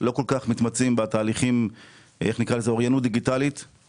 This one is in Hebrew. לא כל כך מתמצאים בתהליכים של אוריינות דיגיטלית,